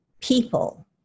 people